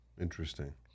Interesting